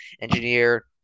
engineer